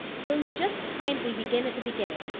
will you just kindly begin at the beginning,